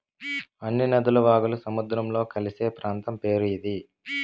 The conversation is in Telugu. అన్ని నదులు వాగులు సముద్రంలో కలిసే ప్రాంతం పేరు ఇది